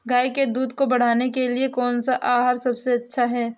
गाय के दूध को बढ़ाने के लिए कौनसा आहार सबसे अच्छा है?